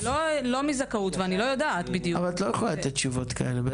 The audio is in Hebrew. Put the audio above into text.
אני לא מזכרות ואני לא יודעת אבל את לא יכולה לתת תשובות כאלה.